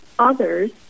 others